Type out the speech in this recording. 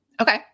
Okay